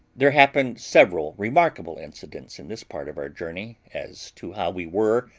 there happened several remarkable incidents in this part of our journey, as to how we were,